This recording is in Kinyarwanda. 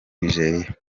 nigeria